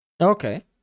Okay